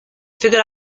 figured